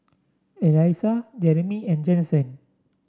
Elissa Jereme and Jensen